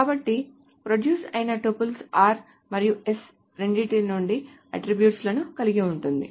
కాబట్టి ప్రొడ్యూస్ అయిన tuples r మరియు s రెండింటి నుండి అట్ట్రిబ్యూట్ లను కలిగి ఉంటాయి